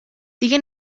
دیگه